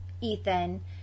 Ethan